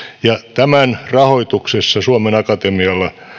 tämän rahoituksessa suomen akatemialla